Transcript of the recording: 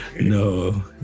no